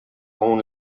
own